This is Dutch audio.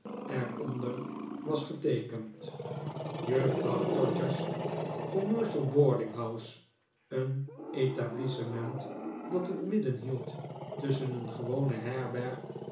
onder was geteekend juffrouw todgers commercial boarding house een etablissement dat het midden hield tusschen een gewone herberg